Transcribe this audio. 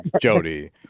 Jody